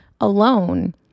alone